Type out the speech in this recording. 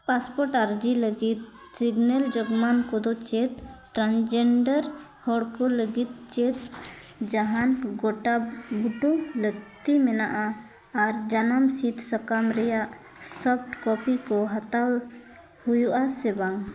passport ᱟᱨᱡᱤ ᱞᱟᱹᱜᱤᱫ ᱠᱚᱫᱚ ᱪᱮᱫ ᱴᱨᱟᱱ ᱡᱮᱱᱰᱟᱨ ᱦᱚᱲ ᱠᱚ ᱞᱟᱹᱜᱤᱫ ᱪᱮᱫ ᱡᱟᱦᱟᱱ ᱜᱳᱴᱟ ᱵᱩᱴᱟᱹ ᱞᱟᱹᱠᱛᱤ ᱢᱮᱱᱟᱜᱼᱟ ᱟᱨ ᱡᱟᱱᱟᱢ ᱥᱤᱫᱽ ᱥᱟᱠᱟᱢ ᱨᱮᱭᱟᱜ ᱥᱚᱯᱷᱴ ᱠᱚᱯᱤ ᱠᱚ ᱦᱟᱛᱟᱣ ᱦᱩᱭᱩᱜᱼᱟ ᱥᱮ ᱵᱟᱝ